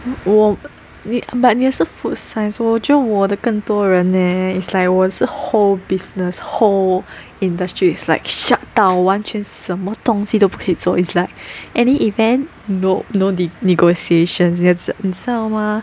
我你 but 你的是 food science 我觉得我的更多人 nah is like 我的是 whole business whole industries is like shut down 完全什么东西都不可以做 it's like any event no no negotiations 你知道吗